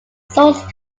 source